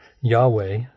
Yahweh